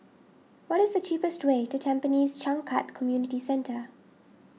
what is the cheapest way to Tampines Changkat Community Centre